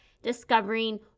discovering